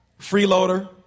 Freeloader